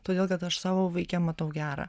todėl kad aš savo vaike matau gerą